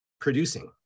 producing